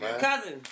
Cousin